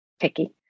picky